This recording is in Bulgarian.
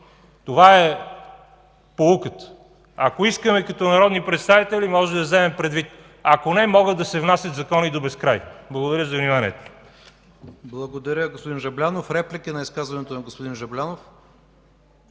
Това е поуката. Ако искаме като народни представители, можем да го вземем предвид, ако не – могат да се внасят закони до безкрай. Благодаря за вниманието.